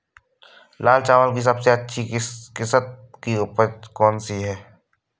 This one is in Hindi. लाल चावल की सबसे अच्छी किश्त की उपज कौन सी है?